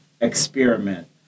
experiment